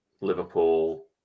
Liverpool